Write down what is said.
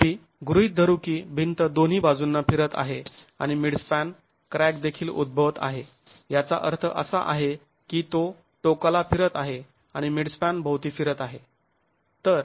तथापि गृहीत धरू की भिंत दोन्ही बाजूंना फिरत आहे आणि मिडस्पॅन क्रॅक देखील उद्भवत आहे याचा अर्थ असा आहे की तो टोकाला फिरत आहे आणि मिडस्पॅन भोवती फिरत आहे